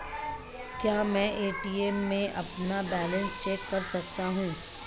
क्या मैं ए.टी.एम में अपना बैलेंस चेक कर सकता हूँ?